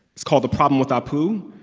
it's called the problem with apu.